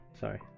sorry